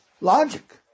logic